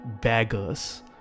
beggars